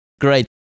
Great